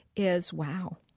is wow.